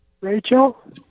Rachel